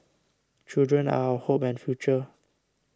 children are our hope and future